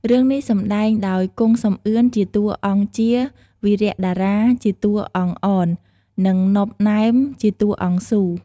រឿងនេះ សម្ដែងដោយ គង់ សំអឿន ជាតួអង្គជា, វីរៈ តារា ជាតួអង្គអន, និង ណុប ណែម ជាតួអង្គស៊ូ។